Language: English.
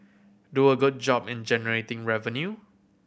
do a good job in generating revenue